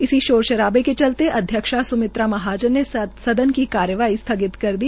इसी शोर शराबे में चलते अध्यक्षा स्मित्रा महाजन ने सदन की कार्यवाई स्थगित कर दी